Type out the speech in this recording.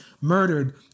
murdered